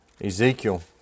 Ezekiel